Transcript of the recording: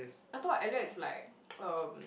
I thought elliot is like um